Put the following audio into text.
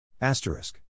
Asterisk